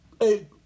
hey